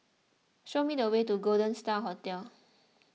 show me the way to Golden Star Hotel